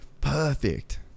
Perfect